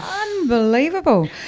Unbelievable